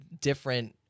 different